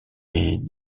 est